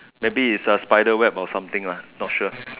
maybe is a spiderweb or something lah not sure